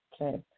Okay